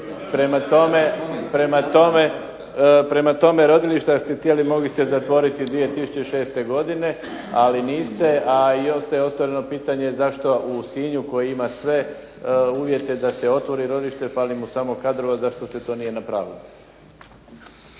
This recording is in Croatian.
se ništa desilo, prema tome rodilišta ako ste htjeli mogli ste zatvoriti 2006. godine, ali niste, a …/Ne razumije se./… pitanje zašto u Sinju koji ima sve uvjete da se otvori rodilište fali mu samo kadrova, zašto se to nije napravilo.